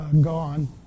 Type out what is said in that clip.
gone